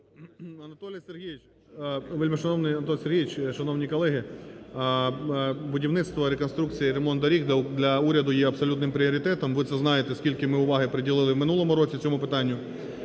Вельмишановний Анатолій Сергійович, шановні колеги, будівництво, реконструкція і ремонт доріг для уряду є абсолютним пріоритетом. Ви це знаєте, скільки ми уваги приділили в минулому році цьому питанню.